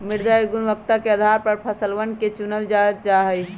मृदा के गुणवत्ता के आधार पर फसलवन के चूनल जा जाहई